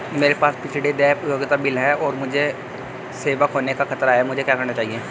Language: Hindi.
मेरे पास पिछले देय उपयोगिता बिल हैं और मुझे सेवा खोने का खतरा है मुझे क्या करना चाहिए?